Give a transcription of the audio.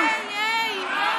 מתי היא נרשמה?